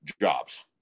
Jobs